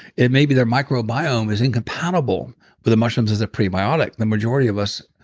it maybe their microbiome is incompatible with the mushrooms as a prebiotic. the majority of us,